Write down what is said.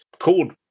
called